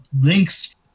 links